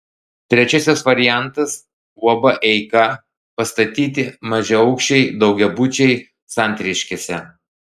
trečiasis variantas uab eika pastatyti mažaaukščiai daugiabučiai santariškėse